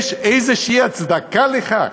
יש איזושהי הצדקה לכך?